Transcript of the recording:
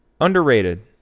underrated